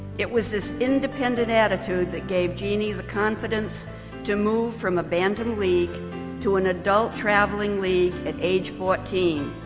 it was this independent attitude that gave jeanne the confidence to move from abandoned league to an adult traveling league at age fourteen.